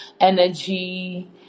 energy